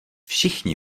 všichni